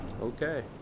Okay